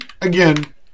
again